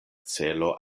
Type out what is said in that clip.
celo